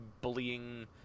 bullying